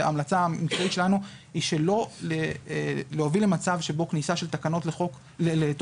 ההמלצה המקצועית שלנו היא שלא להוביל למצב שבו כניסה של תקנות לתוקף,